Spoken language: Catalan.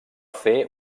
fer